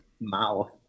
mouth